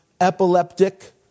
epileptic